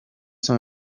son